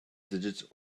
digits